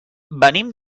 venim